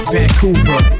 Vancouver